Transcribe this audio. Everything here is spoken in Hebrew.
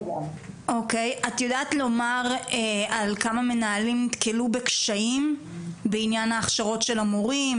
את יודעת לומר על כמה מנהלים נתקלו בקשיים בענין ההכשרות של המורים,